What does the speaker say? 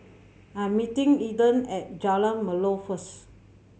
I'm meeting Aedan at Jalan Melor first